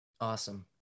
Awesome